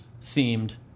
themed